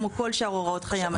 כמו כל שאר הוראות חיי המדף.